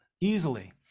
easily